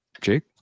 jake